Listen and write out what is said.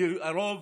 הרוב,